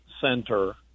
center